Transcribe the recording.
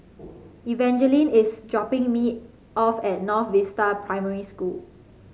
Evangeline is dropping me off at North Vista Primary School